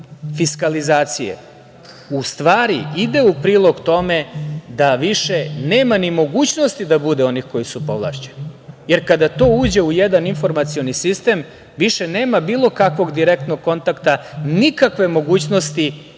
fiskalizacije, u stvari ide u prilog tome da više nema ni mogućnosti da bude onih koji su povlašćeni, jer kada to uđe u jedan informacioni sistem, više nema bilo kakvog direktnog kontakta, nikakve mogućnosti